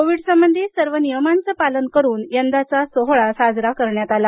Covid संबंधी सर्व नियमांचं पालन करून यंदाचा सोहळा साजरा करण्यात आला